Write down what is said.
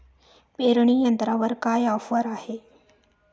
पेरणी यंत्रावर काय ऑफर आहे?